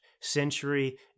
Century